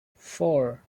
four